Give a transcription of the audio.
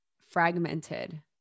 fragmented